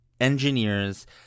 engineers